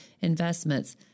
investments